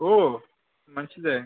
ఓ మంచిదే